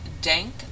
dank